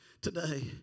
today